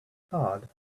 hard